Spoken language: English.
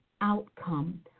outcome